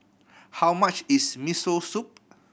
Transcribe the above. how much is Miso Soup